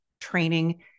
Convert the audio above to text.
training